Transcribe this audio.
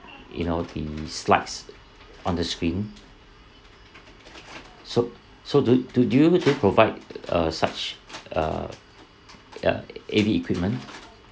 you know the slides on the screen so so do d~ do you usually provide uh such uh uh A_V equipment